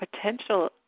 potential